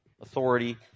authority